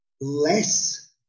less